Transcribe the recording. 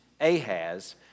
Ahaz